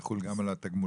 יחול גם על התגמולים?